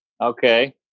Okay